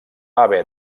haver